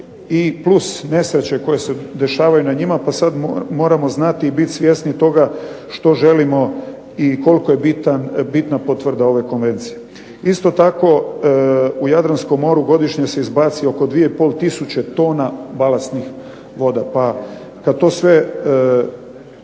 i plus nesreće koje se dešavaju na njima pa sada moramo znati i biti svjesni toga što želimo i koliko je bitna potvrda ove konvencije. Isto tako u Jadranskom moru godišnje se izbaci oko 2,5 tisuće tona balastnih voda. Pa kada to sve